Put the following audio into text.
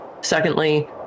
Secondly